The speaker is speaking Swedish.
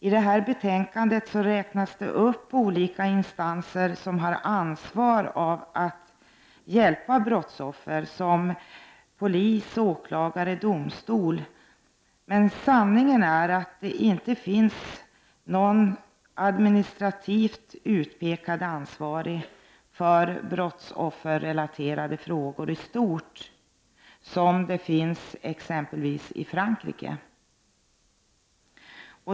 I betänkandet räknar man upp olika instanser som har ett ansvar för att hjälpa brottsoffer — dvs. polis, åklagare och domstol. Men sanningen är den att det inte finns någon som är administrativt ansvarig för brottsofferrelaterade frågor i stort — som det finns exempelvis i Frankrike.